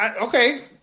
okay